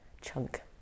chunk